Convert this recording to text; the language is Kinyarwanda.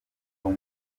ruba